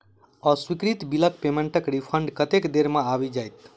अस्वीकृत बिलक पेमेन्टक रिफन्ड कतेक देर मे आबि जाइत?